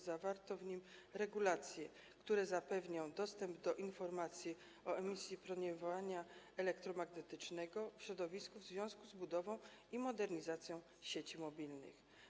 Zawarto w nim regulacje, które zapewnią dostęp do informacji o emisji promieniowania elektromagnetycznego w środowisku w związku z budową i modernizacją sieci mobilnych.